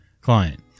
Client